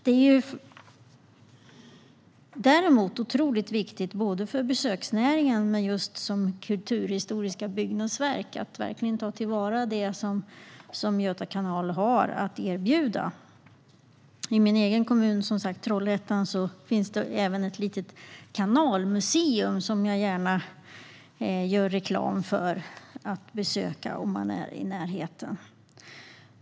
Det är otroligt viktigt för besöksnäringen och med tanke på kulturhistoriska byggnadsverk att verkligen ta till vara det som Göta kanal har att erbjuda. I min kommun, Trollhättan, finns det även ett litet kanalmuseum som jag gärna gör reklam för. Det kan man besöka om man är i närheten.